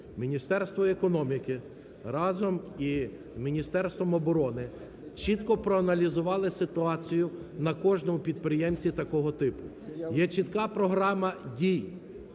Міністерство економіки разом із Міністерством оборони чітко проаналізували ситуацію на кожному підприємстві такого типу. Є чітка програма дій